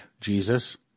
Jesus